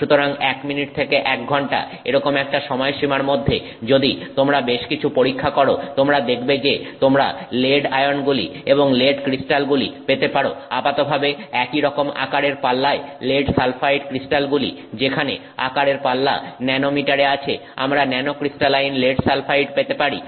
সুতরাং 1 মিনিট থেকে 1 ঘন্টা এরকম একটা সময়সীমার মধ্যে যদি তোমরা বেশকিছু পরীক্ষা করো তোমরা দেখবে যে তোমরা লেড আয়নগুলি এবং লেড ক্রিস্টালগুলি পেতে পারো আপাতভাবে একইরকম আকারের পাল্লায় লেড সালফাইড ক্রিস্টালগুলি যেখানে আকারের পাল্লা ন্যানোমিটারে আছে আমরা ন্যানোক্রিস্টালাইন লেড সালফাইড পেতে পারি